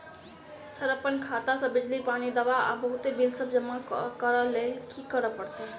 Sir अप्पन खाता सऽ बिजली, पानि, दवा आ बहुते बिल सब जमा करऽ लैल की करऽ परतै?